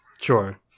Sure